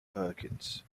perkins